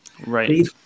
Right